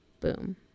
Boom